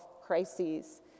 crises